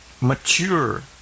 mature